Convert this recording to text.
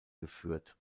geführt